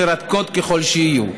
מרתקות ככל שיהיו,